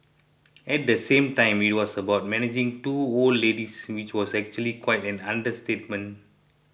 at the same time it was about managing two old ladies which was actually quite an understatement